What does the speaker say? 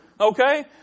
Okay